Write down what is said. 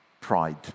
Pride